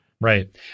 Right